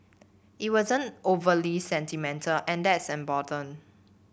it wasn't overly sentimental and that's important